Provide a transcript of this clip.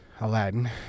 Aladdin